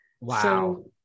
Wow